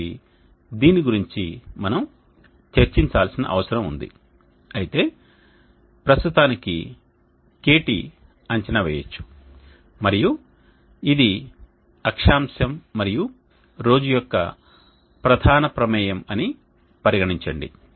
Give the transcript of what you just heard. కాబట్టి దీని గురించి మనం చర్చించాల్సిన అవసరం ఉంది అయితే ప్రస్తుతానికి KT అంచనా వేయవచ్చు మరియు ఇది అక్షాంశం మరియు రోజు సంఖ్య యొక్క ప్రధాన ప్రమేయం అని పరిగణించండి